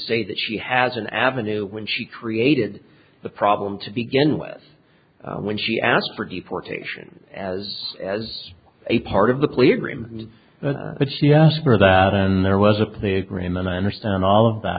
say that she has an avenue when she created the problem to begin with when she asked for deportation as as a part of the plea agreement but she asked for that and there was a plea agreement i understand all of that